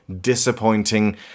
disappointing